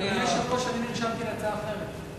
אני נרשמתי להצעה אחרת.